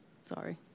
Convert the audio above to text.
sorry